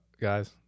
guys